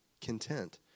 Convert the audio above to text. content